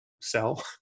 sell